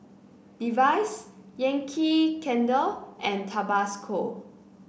Levi's Yankee Candle and Tabasco